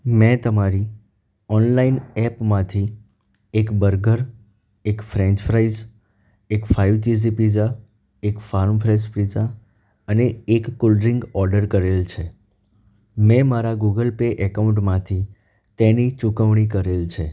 મેં તમારી ઓનલાઈન એપમાંથી એક બર્ગર એક ફ્રેંચ ફ્રાઈસ એક ફાઇવ ચીઝી પીઝા એક ફાર્મ ફ્રેશ પીઝા અને એક કોલ્ડ ડ્રીંક ઓડર કરેલ છે મેં મારા ગૂગલ પે એકાઉન્ટમાંથી તેની ચૂકવણી કરેલ છે